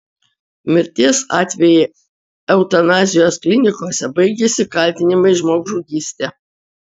mirties atvejai eutanazijos klinikose baigiasi kaltinimais žmogžudyste